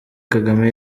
kagame